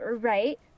right